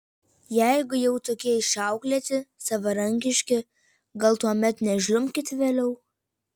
jeigu jau tokie išauklėti savarankiški gal tuomet nežliumbkit vėliau